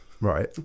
Right